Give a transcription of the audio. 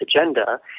agenda